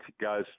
guys